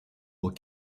aux